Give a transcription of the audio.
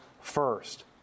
first